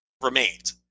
remained